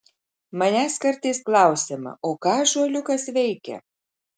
manęs kartais klausiama o ką ąžuoliukas veikia